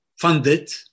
funded